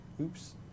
Oops